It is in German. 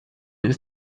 ist